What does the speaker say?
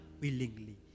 willingly